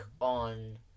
on